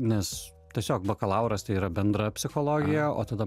nes tiesiog bakalauras tai yra bendra psichologija o tada